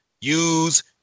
use